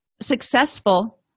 successful